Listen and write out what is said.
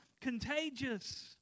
contagious